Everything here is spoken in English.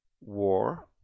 war